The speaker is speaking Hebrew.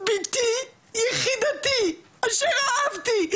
בתי יחידתי אשר אהבתי,